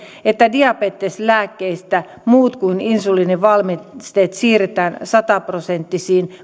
että diabeteslääkkeistä muut kuin insuliinivalmisteet siirretään sadan prosentin